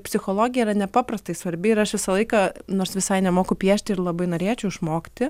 psichologija yra nepaprastai svarbi ir aš visą laiką nors visai nemoku piešti ir labai norėčiau išmokti